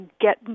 get